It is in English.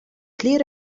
clear